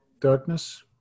darkness